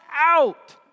out